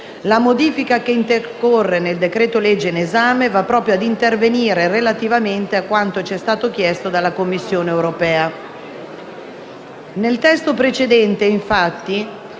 La modifica che intercorre nel decreto-legge in esame va proprio a intervenire relativamente a quanto ci è stato chiesto dalla Commissione europea. Nel testo precedente, infatti,